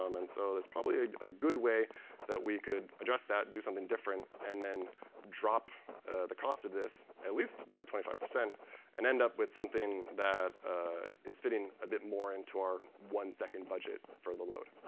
um and so that's probably ah a good way that we could address that, do something different. and then drop the cost of this at least by twenty five percent and end up with something that is fitting a bit more into our one second budget for the load.